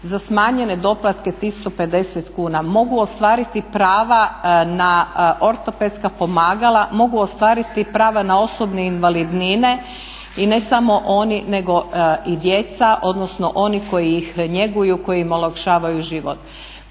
Za smanjene doplatke 350 kuna, mogu ostvariti prava na ortopedska pomagala, mogu ostvariti prava na osobne invalidnine i ne samo oni nego i djeca odnosno oni koji ih njeguju, koji im olakšavaju život.